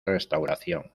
restauración